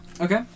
Okay